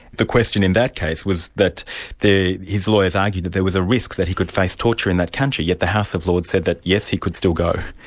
the question in that case was that his lawyers argued that there was a risk that he could face torture in that country, yet the house of lords said that yes, he could still go.